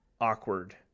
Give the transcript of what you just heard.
awkward